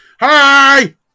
hi